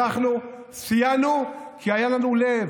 אנחנו סייענו כי היה לנו לב,